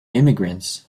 immigrants